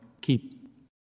keep